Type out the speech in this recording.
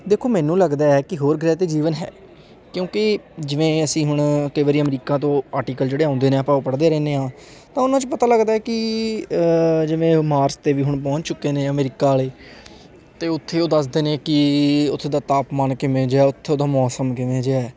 ਦੇਖੋ ਮੈਨੂੰ ਲੱਗਦਾ ਹੈ ਕਿ ਹੋਰ ਗ੍ਰਹਿ 'ਤੇ ਜੀਵਨ ਹੈ ਕਿਉਂਕਿ ਜਿਵੇਂ ਅਸੀਂ ਹੁਣ ਕਈ ਵਾਰੀ ਅਮਰੀਕਾ ਤੋਂ ਆਰਟੀਕਲ ਜਿਹੜੇ ਆਉਂਦੇ ਨੇ ਆਪਾਂ ਉਹ ਪੜ੍ਹਦੇ ਰਹਿੰਦੇ ਹਾਂ ਤਾਂ ਉਹਨਾਂ 'ਚ ਪਤਾ ਲੱਗਦਾ ਹੈ ਕਿ ਜਿਵੇਂ ਓਹ ਮਾਰਸ 'ਤੇ ਵੀ ਹੁਣ ਪਹੁੰਚ ਚੁੱਕੇ ਨੇ ਅਮਰੀਕਾ ਵਾਲੇ ਅਤੇ ਉੱਥੇ ਉਹ ਦੱਸਦੇ ਨੇ ਕਿ ਉੱਥੇ ਦਾ ਤਾਪਮਾਨ ਕਿਵੇਂ ਜਿਹਾ ਉੱਥੋਂ ਦਾ ਮੌਸਮ ਕਿਵੇਂ ਜਿਹਾ ਹੈ